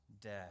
death